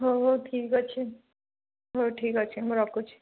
ହଉ ହଉ ଠିକ୍ଅଛି ହଉ ଠିକ୍ଅଛି ମୁଁ ରଖୁଛି